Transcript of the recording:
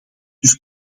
dus